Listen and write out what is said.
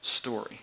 story